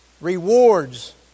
rewards